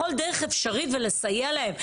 בכל דרך אפשרית ולסייע להם.